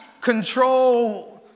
control